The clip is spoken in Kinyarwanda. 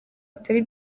atari